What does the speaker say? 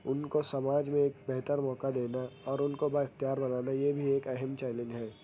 ان کو سماج میں ایک بہتر موقع دینا اور ان کو بااختیار بنانا یہ بھی ایک اہم چیلنج ہے